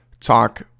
talk